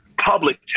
public